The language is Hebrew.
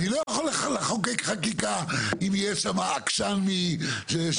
אני לא יכול לחוקק חקיקה אם יש שם עקשן מסוים.